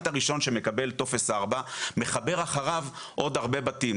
הראשון שמקבל טופס 4 מחבר אחריו עוד הרבה בתים.